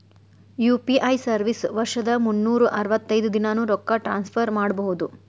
UPI service ವರ್ಷದ್ ಮುನ್ನೂರ್ ಅರವತ್ತೈದ ದಿನಾನೂ ರೊಕ್ಕ ಟ್ರಾನ್ಸ್ಫರ್ ಮಾಡ್ಬಹುದು